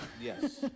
Yes